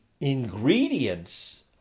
ingredients